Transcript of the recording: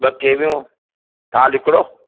ॿ केवियूं थाल हिकिड़ो